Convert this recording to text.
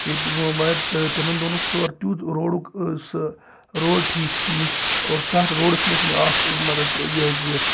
ییٚتہِ بہٕ تہٕ تِمَن دوہَن اوس تورٕ تٮُ۪تھ روڈُک سُہ روڈ ٹھیٖک کِہیٖنٛۍ اور تَتھ روڈَس منٛز چھِ مےٚ اکھ مَطلَب یہِ حظ یہِ